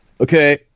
Okay